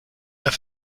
have